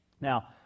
Now